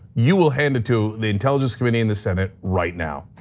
you will hand it to the intelligence committee in the senate, right now.